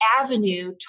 avenue